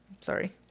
Sorry